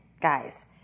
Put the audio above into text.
guys